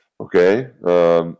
okay